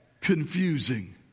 confusing